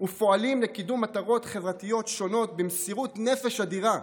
ופועלים לקידום מטרות חברתיות שונות במסירות נפש אדירה.